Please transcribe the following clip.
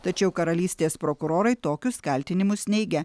tačiau karalystės prokurorai tokius kaltinimus neigia